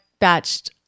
batched